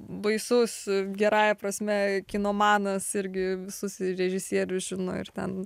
baisus gerąja prasme kinomanas irgi visus režisierius žino ir ten